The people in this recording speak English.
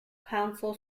council